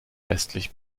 westlich